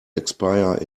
expire